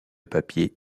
papier